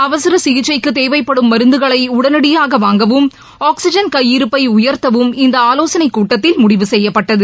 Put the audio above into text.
அவசர சிகிச்சைக்குத் தேவைப்படும் மருந்துகளை உனடியாக வாங்கவும் ஆக்ஸிஜன் கையிருப்பை உயர்த்தவும் இந்த ஆலோசனைக் கூட்டத்தில் முடிவு செய்யப்பட்டது